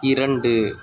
இரண்டு